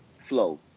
flow